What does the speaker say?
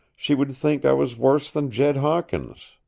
she would think i was worse than jed hawkins,